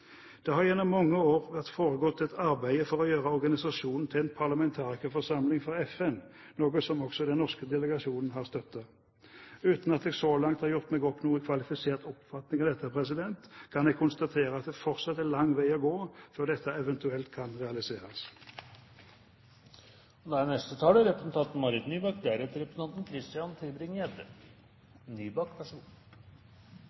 Det har gjennom mange år foregått et arbeid for å gjøre organisasjonen til en parlamentarikerforsamling for FN, noe som også den norske delegasjonen har støttet. Uten at jeg så langt har gjort meg opp noen kvalifisert oppfatning av dette, kan jeg konstatere at det fortsatt er lang vei å gå før dette eventuelt kan realiseres.